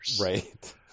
Right